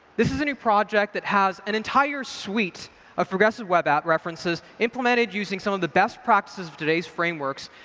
this is a new project that has an entire suite of progressive web app references, implemented using some of the best practices of today's frameworks.